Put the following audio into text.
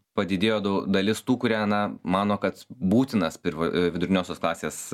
padidėjo dau dalis tų kurie na mano kad būtinas pirv viduriniosios klasės